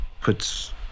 puts